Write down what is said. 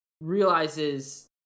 realizes